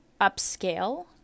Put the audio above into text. upscale